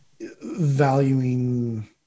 valuing